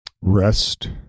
Rest